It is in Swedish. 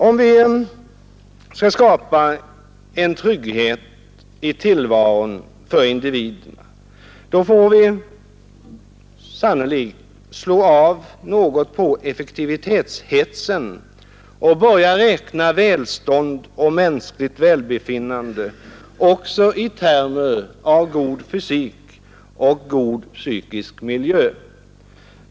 Om vi skall lyckas skapa en trygghet i tillvaron för individerna får vi sannolikt slå av på effektivitetshetsen och börja räkna välstånd och mänskligt välbefinnande också i termer som god fysisk och psykisk miljö.